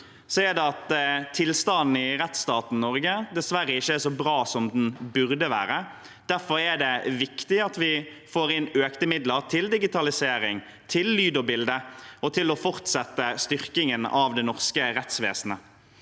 er det at tilstanden i rettsstaten Norge dessverre ikke er så bra som den burde være. Derfor er det viktig at vi får inn økte midler til digitalisering, til lyd og bilde og til å fortsette styrkingen av det norske rettsvesenet.